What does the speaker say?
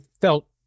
felt